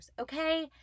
okay